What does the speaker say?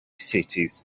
cities